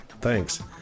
thanks